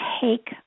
take